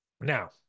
Now